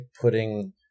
putting